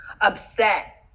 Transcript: upset